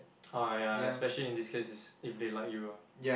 orh ya especially in this case is if they like you ah